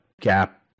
gap